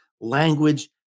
language